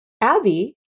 Abby